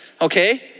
Okay